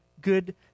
good